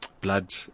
blood